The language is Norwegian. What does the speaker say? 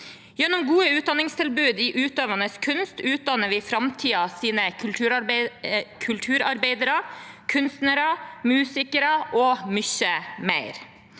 Gjennom gode utdanningstilbud i utøvende kunst utdanner vi framtidens kulturarbeidere, kunstnere, musikere og mye mer.